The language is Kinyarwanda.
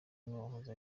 n’uwahoze